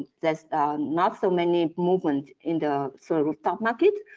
there's not so many movement in the solar rooftop market.